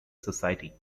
society